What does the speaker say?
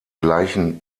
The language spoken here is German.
gleichen